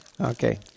Okay